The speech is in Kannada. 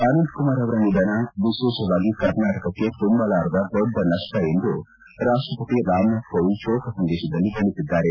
ಅನಂತ ಕುಮಾರ್ ಅವರ ನಿಧನ ವಿಶೇಷವಾಗಿ ಕರ್ನಾಟಕಕ್ಕೆ ತುಂಬಲಾರದ ದೊಡ್ಡ ನಷ್ಷ ಎಂದು ರಾಷ್ಷಪತಿ ರಾಮನಾಥ್ ಕೋವಿಂದ್ ಶೋಕ ಸಂದೇಶದಲ್ಲಿ ಬಣ್ಣಿಸಿದ್ದಾರೆ